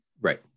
Right